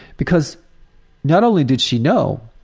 because not only did she know,